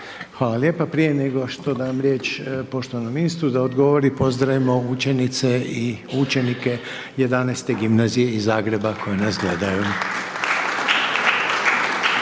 Hvala lijepa. Prije nego što dam riječ poštovanom ministru da odgovori, pozdravimo učenice i učenike XI. Gimnazije iz Zagreba koji nas